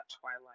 twilight